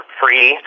free